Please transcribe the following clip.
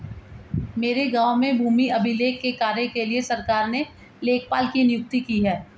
मेरे गांव में भूमि अभिलेख के कार्य के लिए सरकार ने लेखपाल की नियुक्ति की है